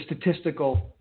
statistical